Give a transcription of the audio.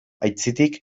aitzitik